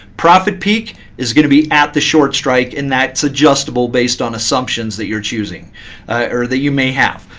profit peak is going to be at the short strike, and that's adjustable based on assumptions that you're choosing or that you may have.